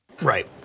Right